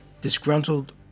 disgruntled